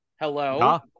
hello